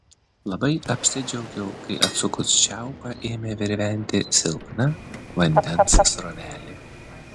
labai apsidžiaugiau kai atsukus čiaupą ėmė virventi silpna vandens srovelė